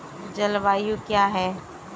जलवायु क्या है?